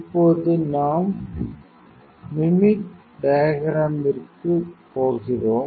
இப்போது நாம் மிமிக் டயகிராம்மிற்கு போகிறோம்